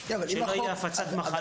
זאת כדי למנוע הפצה של מחלות.